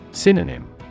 Synonym